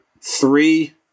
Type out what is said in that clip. three